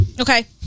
Okay